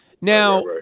Now